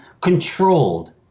controlled